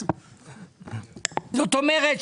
זאת אומרת,